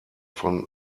von